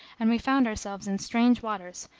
and we found ourselves in strange waters,